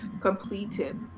completed